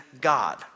God